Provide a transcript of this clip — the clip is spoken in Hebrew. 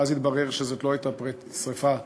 ואז התברר שזאת לא הייתה שרפה טבעית,